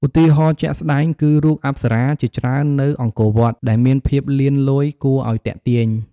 ឧទាហរណ៍ជាក់ស្ដែងគឺរូបអប្សរាជាច្រើននៅអង្គរវត្ត ដែលមានភាពលៀនលយគួរឲ្យទាក់ទាញ។